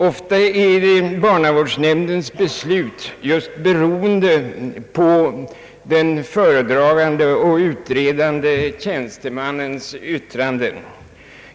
Ofta är barnavårdsnämndens beslut beroende på den föredragande och utredande tjänstemannens yttrande.